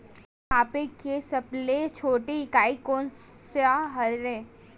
भार मापे के सबले छोटे इकाई कोन सा हरे?